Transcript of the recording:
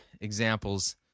examples